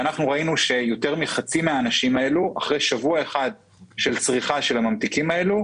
ראינו שיותר מחצי מן האנשים האלה אחרי שבוע אחד של צריכת הממתיקים האלה,